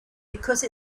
because